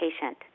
patient